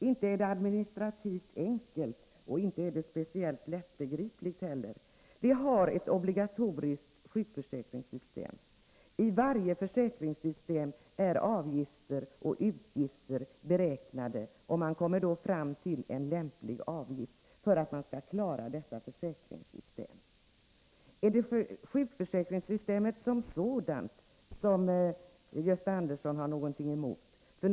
Det är inte administrativt enkelt och inte speciellt lättbegripligt heller. Vi har ett obligatoriskt sjukförsäkringssystem. I varje försäkringssystem är avgifter och utgifter beräknade, och man kommer därigenom fram till en lämplig avgift för att klara försäkringssystemet. Är det sjukförsäkringssystemet som sådant som Gösta Andersson har någonting emot?